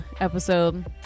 episode